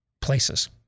places